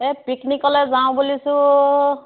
এই পিকনিকলৈ যাওঁ বুলিছোঁ